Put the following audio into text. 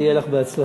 שיהיה לך בהצלחה.